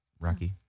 Rocky